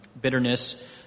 bitterness